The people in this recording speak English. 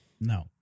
No